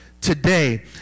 today